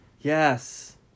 Yes